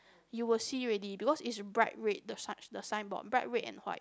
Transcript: you will see already because is bright red the signboard bright red and white